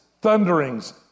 thunderings